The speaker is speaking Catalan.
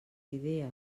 idea